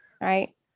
right